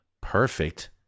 perfect